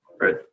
right